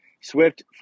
Swift